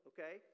Okay